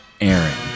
Aaron